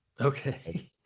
Okay